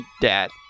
Dad